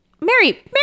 Mary